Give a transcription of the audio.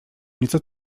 nieco